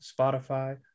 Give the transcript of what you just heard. spotify